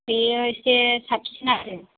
बेयो एसे साबसिन आरो